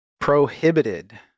Prohibited